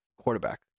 quarterback